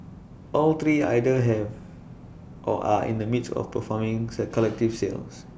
all three either have or are in the midst of forming A collective sales